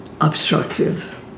obstructive